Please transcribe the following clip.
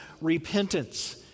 repentance